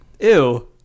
Ew